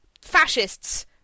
Fascists